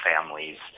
families